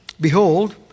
behold